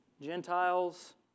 Gentiles